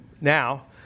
now